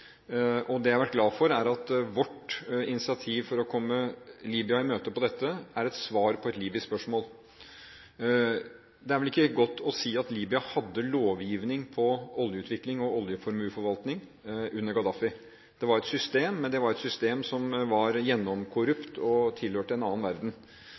Det jeg er glad for, er at vårt initiativ for å komme Libya i møte på dette området er et svar på et libysk spørsmål. En kan vel ikke godt å si at Libya hadde lovgivning på oljeutvikling og oljeformuesforvaltning under Gaddafi. Det var et system, men det var et system som var gjennomkorrupt og tilhørte en annen verden.